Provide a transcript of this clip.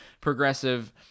progressive